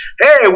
Hey